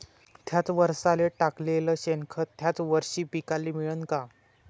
थ्याच वरसाले टाकलेलं शेनखत थ्याच वरशी पिकाले मिळन का?